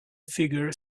figure